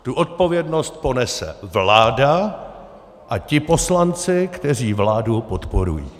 Tu odpovědnost ponese vláda a ti poslanci, kteří vládu podporují.